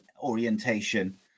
orientation